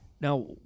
Now